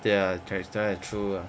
对 lah that's quite true ah